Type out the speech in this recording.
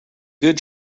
good